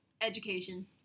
Education